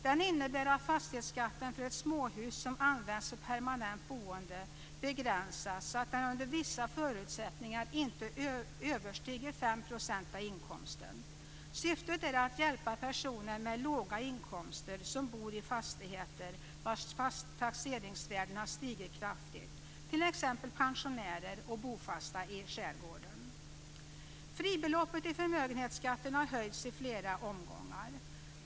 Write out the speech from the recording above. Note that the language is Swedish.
Den innebär att fastighetsskatten för ett småhus som används för permanent boende begränsas så att den under vissa förutsättningar inte överstiger 5 % av inkomsten. Syftet är att hjälpa personer med låga inkomster som bor i fastigheter vilkas taxeringsvärde har stigit kraftigt, t.ex. pensionärer och bofasta i skärgården. Fribeloppet i förmögenhetsskatten har höjts i flera omgångar.